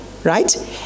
right